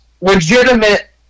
legitimate